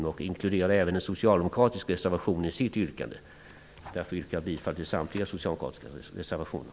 Lars Moquist inkluderade även en socialdemokratisk reservation i sitt yrkande. Jag yrkar alltså bifall till samtliga socialdemokratiska reservationer.